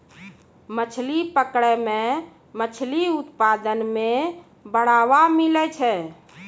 मछली पकड़ै मे मछली उत्पादन मे बड़ावा मिलै छै